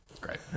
Great